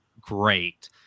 great